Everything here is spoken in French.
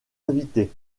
invité